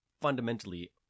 fundamentally